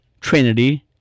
Trinity